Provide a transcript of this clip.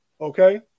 Okay